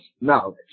knowledge